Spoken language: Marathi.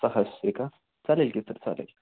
सहाशे का चालेल की सर चालेल